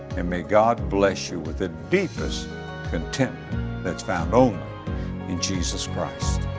and may god bless you with the deepest contentment that's found only in jesus christ.